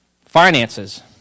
Finances